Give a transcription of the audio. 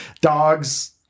dogs